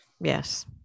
Yes